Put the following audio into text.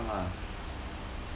okay lah 上啦